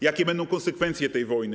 Jakie będą konsekwencje tej wojny?